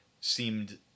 seemed